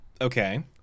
Okay